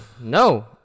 no